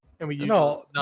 No